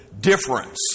difference